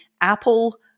Apple